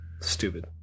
Stupid